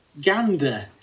gander